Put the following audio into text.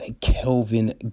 Kelvin